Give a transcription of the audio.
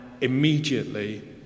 immediately